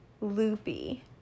loopy